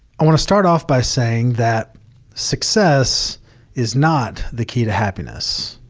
i want to start off by saying that success is not the key to happiness.